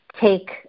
take